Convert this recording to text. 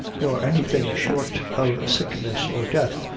nor anything short of sickness or death,